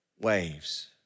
waves